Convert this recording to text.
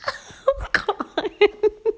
oh my god